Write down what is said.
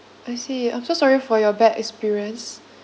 I see I'm so sorry for your bad experience